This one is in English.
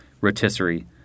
rotisserie